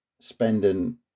spending